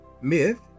Myth